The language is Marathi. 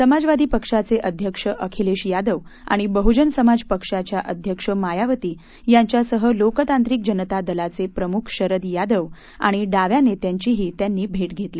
समाजवादी पक्षाचे अध्यक्ष अखिलेश यादव आणि बहुजन समाज पक्षाच्या अध्यक्ष मायावती यांच्यासह लोकतांत्रिक जनता दलाचे प्रमुख शरद यादव आणि डाव्या नेत्यांचीही त्यांनी भेट घेतली